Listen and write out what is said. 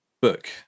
book